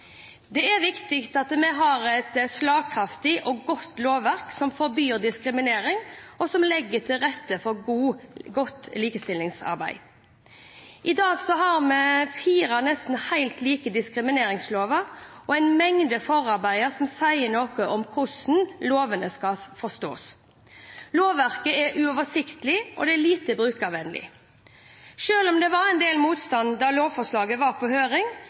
Det er viktig at vi har et slagkraftig og godt lovverk som forbyr diskriminering, og som legger til rette for godt likestillingsarbeid. I dag har vi fire nesten helt like diskrimineringslover og en mengde forarbeider som sier noe om hvordan lovene skal forstås. Lovverket er uoversiktlig og lite brukervennlig. Selv om det var en del motstand da lovforslaget var på høring,